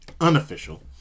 unofficial